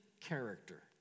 character